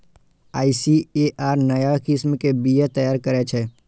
ICAR नया किस्म के बीया तैयार करै छै